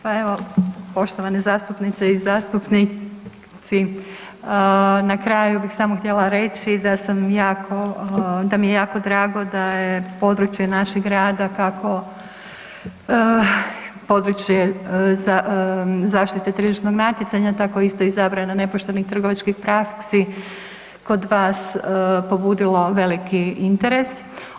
Pa evo, poštovane zastupnice i zastupnici, na kraju bih samo htjela reći da sam jako, da mi je jako drago da je područje našeg rada kako područje za zaštitu tržišnog natjecanja tako isto, tako isto i zabrana nepoštenih trgovačkih praksi, kod vas pobudila veliki interes.